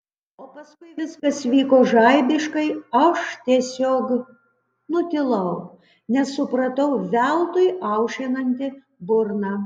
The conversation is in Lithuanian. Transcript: o paskui viskas vyko žaibiškai aš tiesiog nutilau nes supratau veltui aušinanti burną